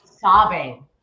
sobbing